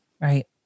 Right